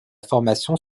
formation